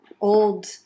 old